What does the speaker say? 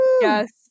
Yes